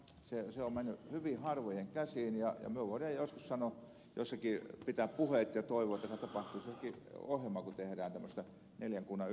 se on mennyt hyvin harvojen käsiin ja me voimme joskus jossakin pitää puheita ja toivoa että tapahtuisi että johonkin tehdään ohjelmaa tämmöisestä neljän kunnan yhteistyöstä